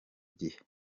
gihe